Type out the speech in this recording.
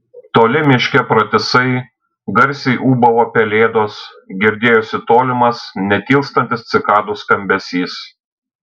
toli miške pratisai garsiai ūbavo pelėdos girdėjosi tolimas netilstantis cikadų skambesys